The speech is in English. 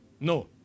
No